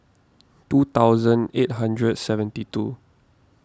two thousand eight hundred seventy two